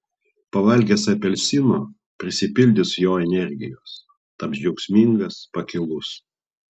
pavalgęs apelsino prisipildys jo energijos taps džiaugsmingas pakilus